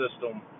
system